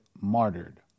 martyred